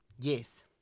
Yes